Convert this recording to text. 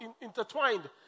intertwined